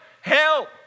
help